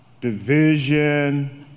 division